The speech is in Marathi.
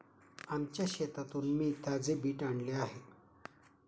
आमच्या शेतातून मी ताजे बीट आणले आहे